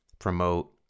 promote